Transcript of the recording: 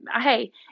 hey